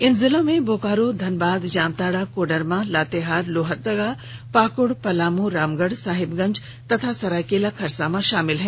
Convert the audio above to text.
इन जिलों में बोकारो धनबाद जामताड़ा कोडरमा लातेहार लोहरदगा पाकुड़ पलामू रामगढ़ साहिबगंज तथा सरायकेला खरसावां शामिल हैं